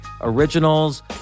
Originals